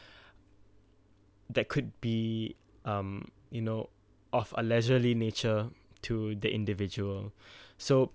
that could be um you know of a leisurely nature to the individual so